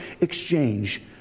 exchange